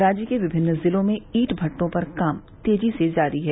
राज्य के विभिन्न जिलों में ईंट भटठों पर काम तेजी से जारी है